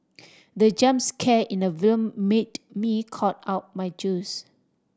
the jump scare in the film made me cough out my juice